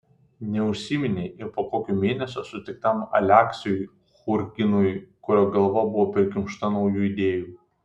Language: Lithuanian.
neužsiminei ir po kokio mėnesio sutiktam aleksiui churginui kurio galva buvo prikimšta naujų idėjų